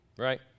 Right